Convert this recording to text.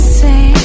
say